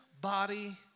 body